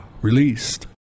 released